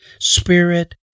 spirit